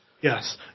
Yes